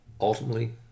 ultimately